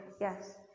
Yes